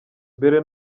mbere